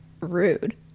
rude